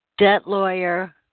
Debtlawyer